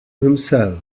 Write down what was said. himself